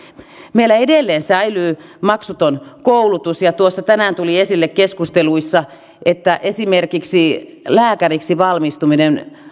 meillä edelleen säilyy maksuton koulutus ja tuossa tänään tuli esille keskusteluissa että esimerkiksi lääkäriksi valmistuminen